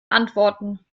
antworten